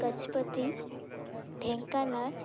Gajapati Dhenkanal